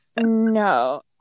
no